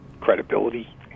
credibility